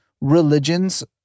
religions